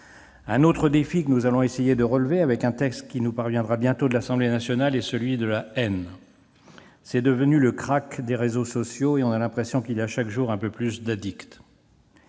Un autre défi que nous allons essayer de relever avec un texte qui nous parviendra bientôt de l'Assemblée nationale est celui de la lutte contre la haine. Celle-ci est devenue le crack des réseaux sociaux, et on a l'impression qu'il y a chaque jour un peu plus d'addicts.